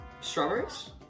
Strawberries